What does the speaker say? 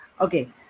Okay